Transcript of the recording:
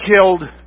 killed